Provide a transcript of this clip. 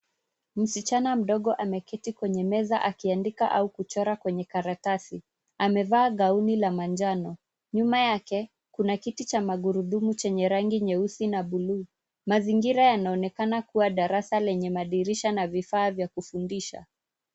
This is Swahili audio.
Msichana mdogo ameketi kwenye meza akiandika au kuchora kwenye karatasi. Amevaa (cs)gown (cs) la manjano. Nyuma yake kuna kiti cha magurudumu chenye rangi nyeusi na bluu. Mazingira yanaonekana kuwa darasa lenye madirisha na vifaa vya kufundisha.